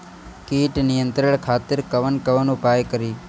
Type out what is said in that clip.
कीट नियंत्रण खातिर कवन कवन उपाय करी?